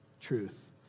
truth